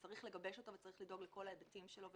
שצריך לגבש אותו וצריך לדאוג לכל ההיבטים שלו.